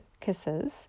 kisses